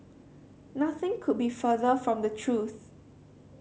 nothing could be further from the truth